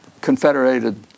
confederated